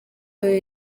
ayo